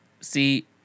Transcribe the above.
See